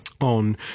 on